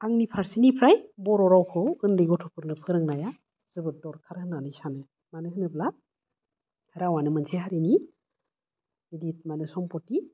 आंनि फार्सेनिफ्राय बर' रावखौ उन्दै गथ'फोरनो फोरोंनाया जोबोद दरखार होननानै सानो मानो होनोब्ला रावआनो मोनसे हारिनि गिदित माने सम्पति